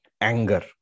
Anger